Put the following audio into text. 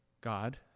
God